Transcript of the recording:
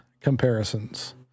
comparisons